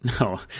No